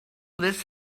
this